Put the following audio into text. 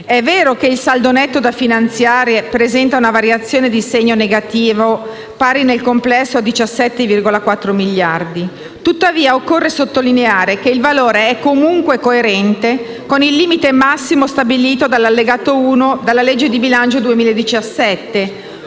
È vero che il saldo netto da finanziare presenta una variazione di segno negativo pari nel complesso a 17,4 miliardi. Tuttavia, occorre sottolineare che il valore è comunque coerente con il limite massimo stabilito dall'allegato 1 dalla legge di bilancio 2017